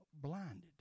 blinded